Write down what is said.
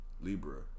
Libra